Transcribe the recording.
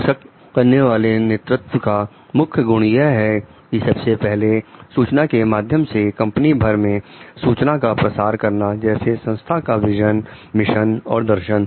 सशक्त करने वाले नेतृत्व का मुख्य गुण यह है कि सबसे पहले सूचना के माध्यमों से कंपनी भर में सूचना का प्रसार करना जैसे संस्था का विजन मिशन और दर्शन